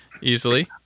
easily